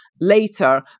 later